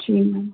ठीक